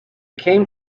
came